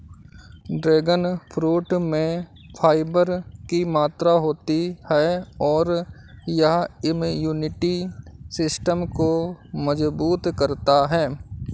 dragon fruit में fibre की मात्रा होती है और यह इम्यूनिटी सिस्टम को मजबूत करता है